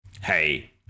Hey